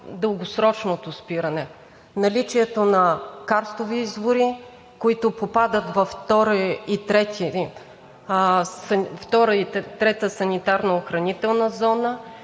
дългосрочното спиране – наличието на карстови извори, които попадат във втора и трета санитарно-охранителна зони,